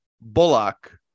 Bullock